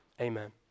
amen